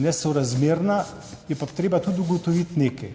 nesorazmerna, je pa treba tudi ugotoviti nekaj.